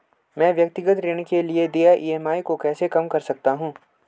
मैं व्यक्तिगत ऋण के लिए देय ई.एम.आई को कैसे कम कर सकता हूँ?